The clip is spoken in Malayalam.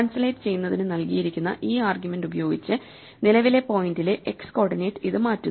ട്രാൻസ്ലേറ്റ് ചെയ്യുന്നതിന് നൽകിയിരിക്കുന്ന ഈ ആർഗ്യുമെൻറ് ഉപയോഗിച്ച് നിലവിലെ പോയിന്റിലെ x കോർഡിനേറ്റ് ഇത് മാറ്റുന്നു